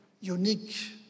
unique